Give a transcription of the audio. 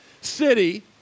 city